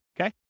Okay